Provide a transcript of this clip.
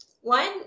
One